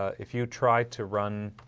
if you try to run